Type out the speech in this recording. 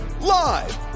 live